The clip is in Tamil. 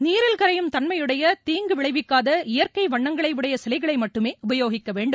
நீரில் கரையும் தன்மையுடைய தீங்கு விளைவிக்காத இயற்கை வண்ணங்களை உடைய சிலைகளை மட்டுமே உபயோகிக்க வேண்டும்